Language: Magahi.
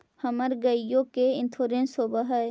हमर गेयो के इंश्योरेंस होव है?